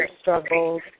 struggles